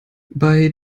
bei